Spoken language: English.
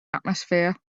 atmosphere